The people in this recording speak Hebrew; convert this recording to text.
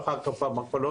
ואחר כך פרמקולוגיה.